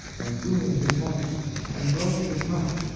and ruined his life and broke his heart.